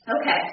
okay